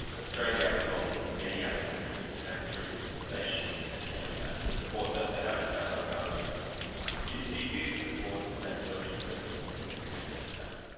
australia, along with many other countries, have troops stationed in afghanistan, to support the hamid kazai government do do you support that military presence in afghanistan?